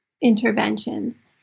interventions